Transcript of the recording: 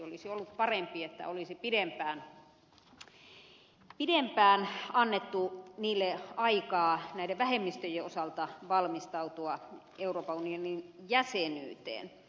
olisi ollut parempi että olisi pidempään annettu niille aikaa näiden vähemmistöjen osalta valmistautua euroopan unionin jäsenyyteen